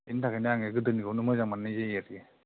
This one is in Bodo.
बेनि थाखायनो आङो गोदोनिखौनो मोजां मोन्नाय जायो आरोखि